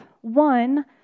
One